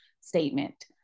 statement